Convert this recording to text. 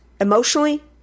emotionally